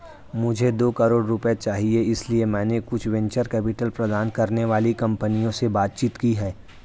मुझे दो करोड़ रुपए चाहिए इसलिए मैंने कुछ वेंचर कैपिटल प्रदान करने वाली कंपनियों से बातचीत की है